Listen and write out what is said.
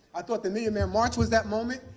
i thought the million man march was that moment.